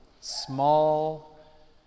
Small